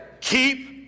keep